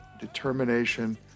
determination